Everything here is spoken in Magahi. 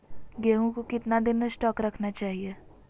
गेंहू को कितना दिन स्टोक रखना चाइए?